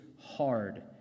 hard